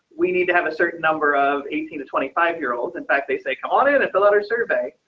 we need to have a certain number of eighteen to twenty five year olds. in fact, they say, come on in and fill out our survey,